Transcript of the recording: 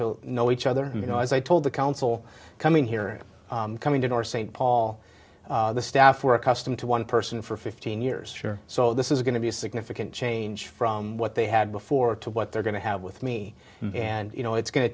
to know each other you know as i told the council coming here coming to our st paul staff were accustomed to one person for fifteen years sure so this is going to be a significant change from what they had before to what they're going to have with me and you know it's going to